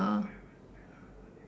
ah